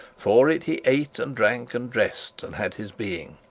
for it he ate and drank and dressed, and had his being.